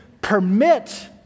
permit